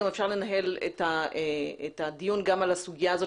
אפשר לנהל את הדיון גם על הסוגיה הזאת